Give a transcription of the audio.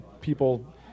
people